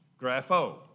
Grapho